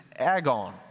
agon